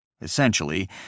essentially